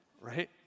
right